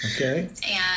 Okay